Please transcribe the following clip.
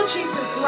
Jesus